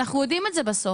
אנחנו יודעים את זה בסוף.